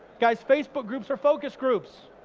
guys, facebook groups are focus groups.